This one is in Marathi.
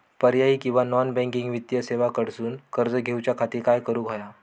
पर्यायी किंवा नॉन बँकिंग वित्तीय सेवा कडसून कर्ज घेऊच्या खाती काय करुक होया?